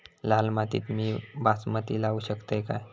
लाल मातीत मी बासमती लावू शकतय काय?